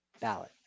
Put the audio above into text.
ballot